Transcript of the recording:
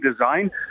design